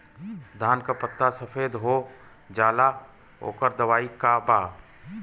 धान के पत्ता सफेद हो जाला ओकर दवाई का बा?